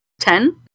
ten